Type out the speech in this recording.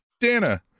Dana